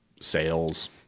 sales